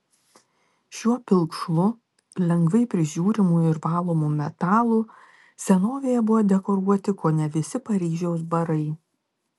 šiuo pilkšvu lengvai prižiūrimu ir valomu metalu senovėje buvo dekoruoti kone visi paryžiaus barai